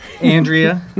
Andrea